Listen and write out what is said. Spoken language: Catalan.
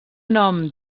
nom